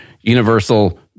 universal